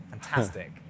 Fantastic